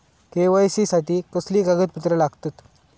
KYC साठी कसली कागदपत्र लागतत?